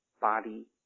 body